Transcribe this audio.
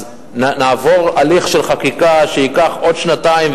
אז נעבור הליך של חקיקה שייקח עוד שנתיים,